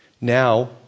Now